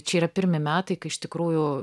čia yra pirmi metai kai iš tikrųjų